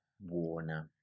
buona